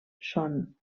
són